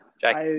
Jack